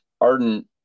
ardent